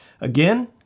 Again